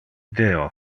deo